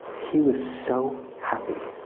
he was so happy.